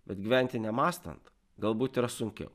bet gyventi nemąstant galbūt yra sunkiau